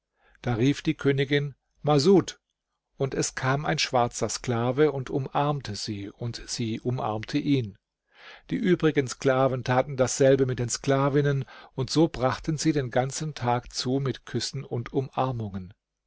da rief die königin masud und es kam ein schwarzer sklave und umarmte sie und sie umarmte ihn die übrigen sklaven taten dasselbe mit den sklavinnen und so brachten sie den ganzen tag zu mit küssen und umarmungen